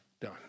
done